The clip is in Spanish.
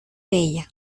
bella